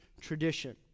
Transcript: tradition